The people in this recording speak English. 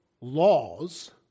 laws